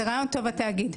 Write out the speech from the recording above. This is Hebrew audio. זה רעיון טוב התאגיד.